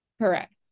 Correct